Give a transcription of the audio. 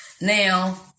Now